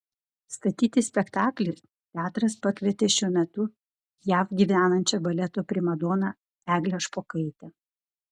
statyti spektaklį teatras pakvietė šiuo metu jav gyvenančią baleto primadoną eglę špokaitę